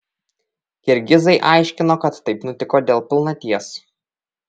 kirgizai aiškino kad taip nutiko dėl pilnaties